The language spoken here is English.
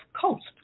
coast